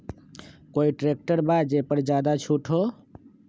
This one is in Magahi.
कोइ ट्रैक्टर बा जे पर ज्यादा छूट हो?